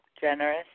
Generous